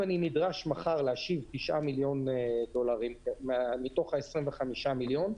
אם אני נדרש מחר להשיב 9 מיליון דולרים מתוך 25 המיליון,